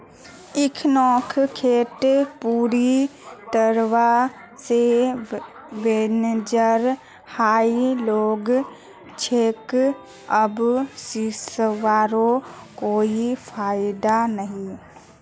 इखनोक खेत पूरी तरवा से बंजर हइ गेल छेक अब सींचवारो कोई फायदा नी